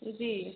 जी